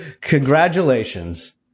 congratulations